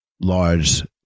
large